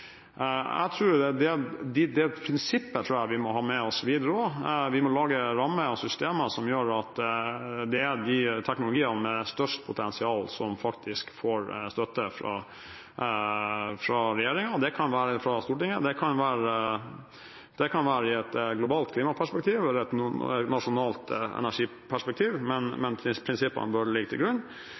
jeg skal trekke fram noe som er et godt element ved dagens sertifikatordning, er det nettopp det at den er teknologinøytral og markedsbasert. Det prinsippet tror jeg vi må ha med oss videre også. Vi må lage rammer og systemer som gjør at det er de teknologiene med størst potensial som faktisk får støtte fra Stortinget. Det kan være i et globalt klimaperspektiv eller i et nasjonalt energiperspektiv, men prinsippene bør ligge til grunn.